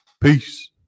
Peace